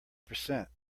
percent